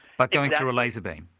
but going through a laser beam.